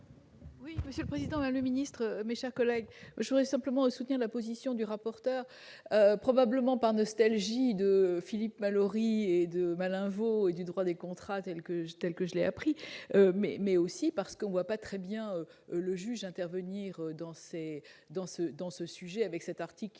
Oui, monsieur le président, le ministre, mes chers collègues, je voudrais simplement et soutient la position du rapporteur, probablement par nostalgie de Philippe Malaurie et de Malinvaud et du droit des contrats tels que telle que je l'ai appris mais mais aussi parce qu'on voit pas très bien le juge d'intervenir dans ces dans ce dans ce